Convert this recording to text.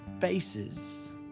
faces